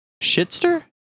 Shitster